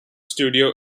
studio